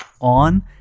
on